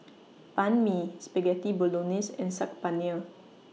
Banh MI Spaghetti Bolognese and Saag Paneer